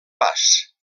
pas